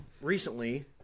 recently